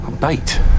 bait